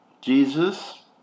Jesus